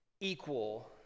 equal